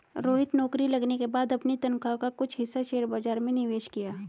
रोहित नौकरी लगने के बाद अपनी तनख्वाह का कुछ हिस्सा शेयर बाजार में निवेश किया